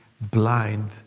blind